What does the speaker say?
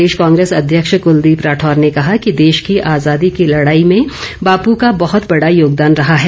प्रदेश कांग्रेस अध्यक्ष कलदीप राठौर ने कहा कि देश की आजादी की लड़ाई में बापू का बहुत बड़ा योगदान रहा है